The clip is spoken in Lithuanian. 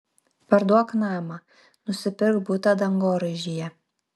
parduok namą nusipirk butą dangoraižyje